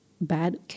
bad